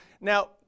Now